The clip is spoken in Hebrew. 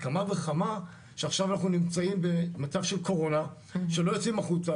עד כמה וכמה שעכשיו אנחנו נמצאים במצב של קורונה שלא יוצאים החוצה,